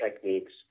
techniques